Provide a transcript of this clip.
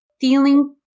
feeling